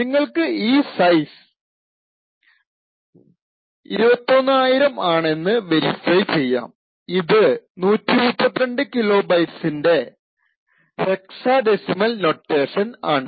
നിങ്ങൾക്ക് ഈ സൈസ് 21000 ആണെന്ന് വേരിഫൈ ചെയ്യാം ഇത് 132 കിലോബൈറ്റ്സിൻറെ ഹെക്ക്സാഡെസിമൽ നൊട്ടേഷൻ ആണ്